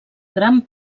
gran